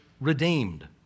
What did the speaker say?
Redeemed